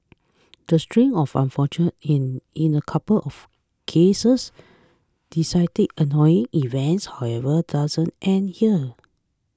the string of unfortunate and in a couple of cases decided annoying events however doesn't end here